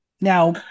now